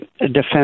defense